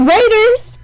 Raiders